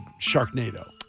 Sharknado